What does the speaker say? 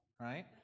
right